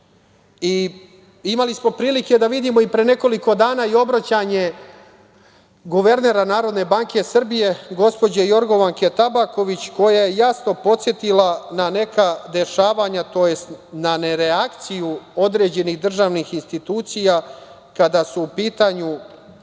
mafije. Imali smo prilike da vidimo pre nekoliko dana i obraćanje guvernera NBS, gospođe Jorgovanke Tabaković, koja je jasno podsetila na neka dešavanja, tj. na nereakciju određenih državnih institucija kada su u pitanju